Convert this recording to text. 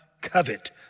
covet